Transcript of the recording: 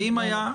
האם היה?